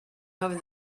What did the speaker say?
over